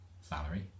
salary